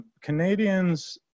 Canadians